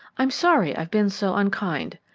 i'm sorry i've been so unkind,